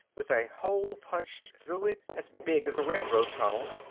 with a hole punched through it as big as a railroad tunnel.